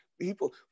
people